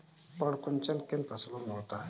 पर्ण कुंचन किन फसलों में होता है?